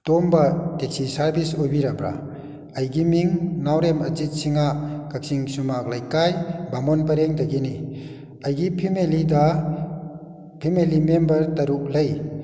ꯇꯣꯝꯕ taxi service ꯑꯣꯏꯕꯤꯔꯕ꯭ꯔꯥ ꯑꯩꯒꯤ ꯃꯤꯡ ꯅꯥꯎꯔꯦꯝ ꯑꯖꯤꯠ ꯁꯤꯡꯍ ꯀꯛꯆꯤꯡ ꯁꯨꯝꯃꯥꯛ ꯂꯩꯀꯥꯏ ꯕꯥꯃꯣꯟ ꯄꯔꯦꯡꯗꯒꯤꯅꯤ ꯑꯩꯒꯤ ꯐꯤꯃꯤꯂꯤꯗ ꯐꯤꯃꯤꯂꯤ ꯃꯦꯝꯕꯔ ꯇꯔꯨꯛ ꯂꯩ